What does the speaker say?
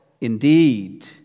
indeed